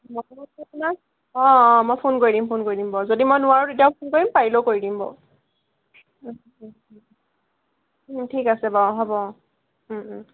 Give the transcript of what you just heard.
অঁ অঁ মই ফোন কৰি দিম ফোন কৰি দিম যদি মই নোৱাৰোঁ তেতিয়াও ফোন কৰিম পাৰিলেও কৰি দিম বাৰু ঠিক আছে বাৰু হ'ব অঁ